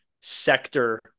sector